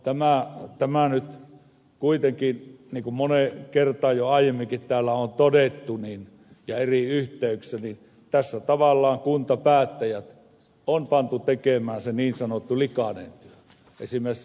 no tässä nyt kuitenkin niin kuin moneen kertaan jo aiemminkin täällä on todettu ja eri yhteyksissä tavallaan kuntapäättäjät on pantu tekemään se niin sanottu likainen työ